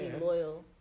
loyal